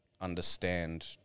understand-